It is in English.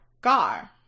gar